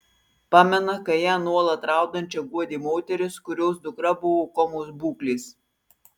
pamena kai ją nuolat raudančią guodė moteris kurios dukra buvo komos būklės